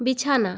বিছানা